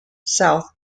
south